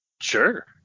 sure